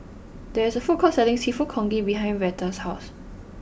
there is a food court selling Seafood Congee behind Rheta's house